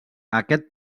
aquest